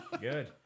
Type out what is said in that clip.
Good